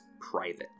private